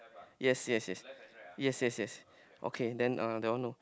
yes yes yes yes yes yes okay then uh that one no